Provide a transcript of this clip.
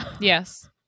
Yes